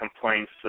complaints